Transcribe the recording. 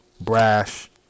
brash